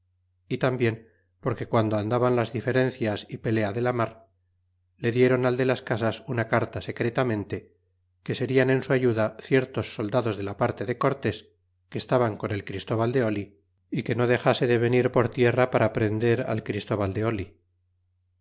y tarnbien porque piando andaban las diferencias y pelea de la mar le dieron al de las casas una carta secretamente que serian en su ayuda ciertos soldados de la parte de cortés que estaban con el christóval de oli y que no dexase de venir por tierra para prender al christóval de oli